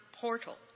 portal